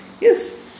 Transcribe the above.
Yes